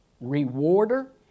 rewarder